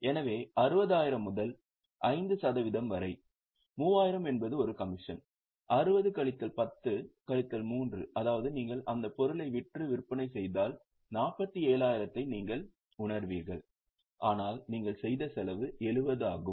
எனவே 60000 முதல் 5 சதவிகிதம் வரை 3000 என்பது ஒரு கமிஷன் 60 கழித்தல் 10 கழித்தல் 3 அதாவது நீங்கள் அந்த பொருளை விற்று விற்பனை செய்தால் 47000 ஐ நீங்கள் பெறுவீர்கள் ஆனால் நீங்கள் செய்த செலவு 70 ஆகும்